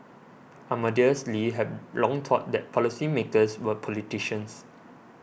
Amadeus Lee have long thought that policymakers were politicians